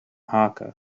hakka